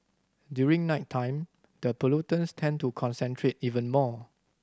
during nighttime the pollutants tend to concentrate even more